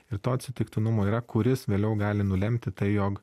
ir to atsitiktinumo yra kuris vėliau gali nulemti tai jog